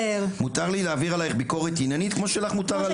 מותר לי להעביר עלייך עניינית כמו שלך מותר להעביר עליי.